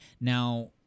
Now